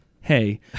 Hey